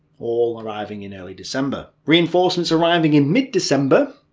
all arriving in early december. reinforcements arriving in mid december,